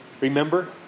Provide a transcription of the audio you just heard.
remember